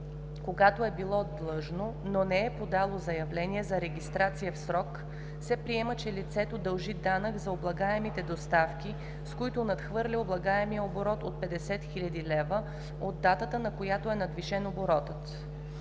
когато е било длъжно, но не е подало заявление за регистрация в срок, се приема, че лицето дължи данък за облагаемите доставки, с които надхвърля облагаемия оборот от 50 000 лв., от датата, на която е надвишен оборотът,